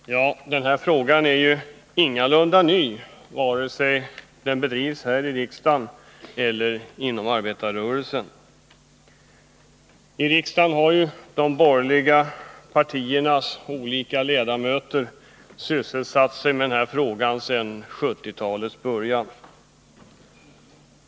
Fru talman! Den här frågan är ingalunda ny, vare sig här i riksdagen eller inom arbetarrörelsen. I riksdagen har de borgerliga partiernas olika ledamöter sysselsatt sig med den sedan 1970-talets början.